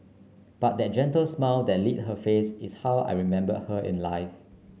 but that gentle smile that lit her face is how I remember her in life